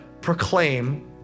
proclaim